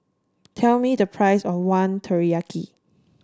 tell me the price of one Teriyaki